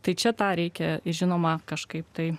tai čia tą reikia žinoma kažkaip tai